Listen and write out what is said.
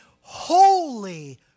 holy